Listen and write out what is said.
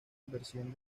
inversión